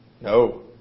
No